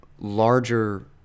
larger